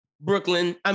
Brooklyn